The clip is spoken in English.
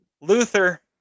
luther